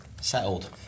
settled